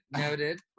Noted